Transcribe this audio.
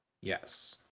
Yes